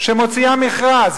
שמוציאה מכרז,